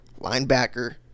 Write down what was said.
linebacker